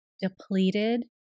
depleted